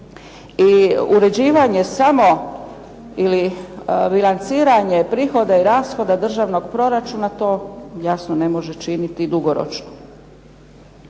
i uređivanje samo ili bilanciranje prihoda i rashoda državnog proračuna to jasno ne može činiti dugoročno.